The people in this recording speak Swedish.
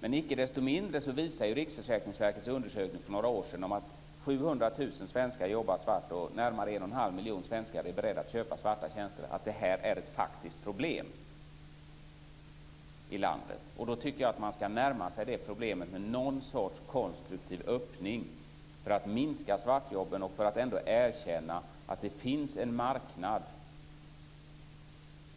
Men icke desto mindre visar Riksförsäkringsverkets undersökning för några år sedan att 700 000 svenskar jobbar svart och närmare en och en halv miljon svenskar är beredda att köpa svarta tjänster. Det är ett faktiskt problem i landet. Då ska man närma sig problemet med något slags konstruktiv öppning för att minska svartjobben och ändå erkänna att det finns en marknad